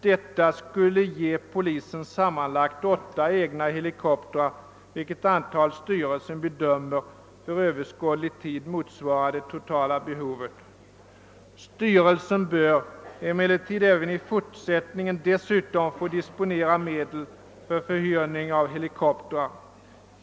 Detta skulle ge polisen sammanlagt 8 egna helikoptrar, vilket antal styrelsen bedömer för överskådlig tid motsvara det totala behovet. Styrelsen bör emellertid även i fortsättningen dessutom få disponera medel för förhyrning av helikoptrar.